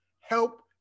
help